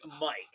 Mike